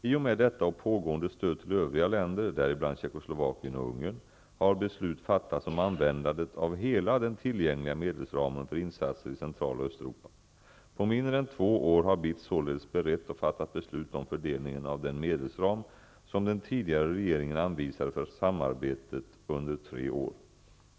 I och med detta och pågående stöd till övriga länder, däribland Tjeckoslovakien och Ungern, har beslut fattats om användandet av hela den tillgängliga medelsramen för insatser i Central och Östeuropa. På mindre än två år har BITS således berett och fattat beslut om fördelningen av den medelsram som den tidigare regeringen anvisade för samarbetet under tre år.